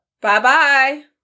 Bye-bye